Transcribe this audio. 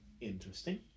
interesting